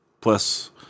plus